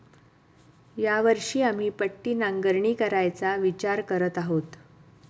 या वर्षी आम्ही पट्टी नांगरणी करायचा विचार करत आहोत